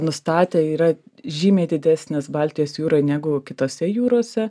nustatę yra žymiai didesnis baltijos jūroj negu kitose jūrose